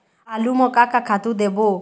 आलू म का का खातू देबो?